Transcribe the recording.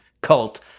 cult